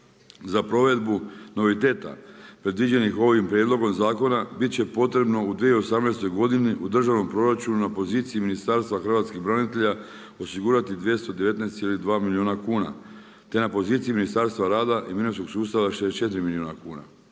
Za provedbu noviteta predviđenih ovim prijedlogom zakona, biti će potrebno u 2018. godini u državnom proračunu na poziciji Ministarstva hrvatskih branitelja, osigurati 219,2 milijuna kuna. Te na poziciji Ministarstva rada i mirovinskog sustava 64 milijuna kuna.